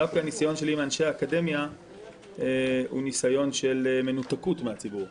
דווקא הניסיון שלי עם אנשי אקדמיה הוא ניסיון של מנותקות מהציבור.